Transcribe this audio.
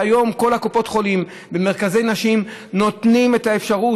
כל קופות החולים נותנות במרכזי הנשים את האפשרות